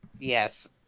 Yes